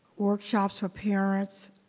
workshops for parents